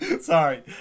Sorry